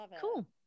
cool